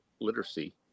literacy